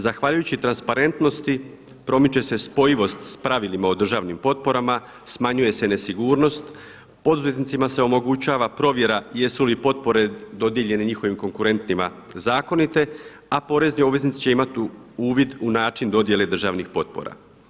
Zahvaljujući transparentnosti promiče se spojivost s pravilima o državnim potporama, smanjuje se nesigurnost, poduzetnicima se omogućava provjera jesu li potpore dodijeljene njihovim konkurentima zakonite, a porezni obveznici će imati uvid u način dodjele državnih potpora.